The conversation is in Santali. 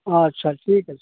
ᱟᱪᱪᱷᱟ ᱴᱷᱤᱠ ᱟᱪᱷᱮ